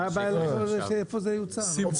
מה הבעיה לכתוב איפה זה יוצר, אני לא מבין.